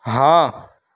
ہاں